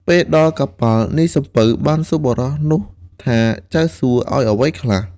ពេលដល់កប៉ាល់ នាយសំពៅបានសួរបុរសនោះថាចៅសួឱ្យអ្វីខ្លះ។